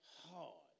hard